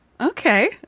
Okay